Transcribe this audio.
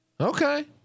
Okay